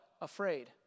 Afraid